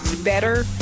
better